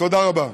תודה רבה.